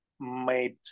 made